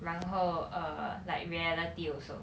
然后 err like reality also